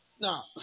Now